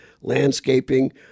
landscaping